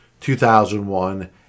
2001